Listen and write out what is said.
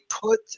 put